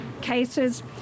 cases